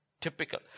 typical